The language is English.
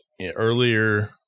earlier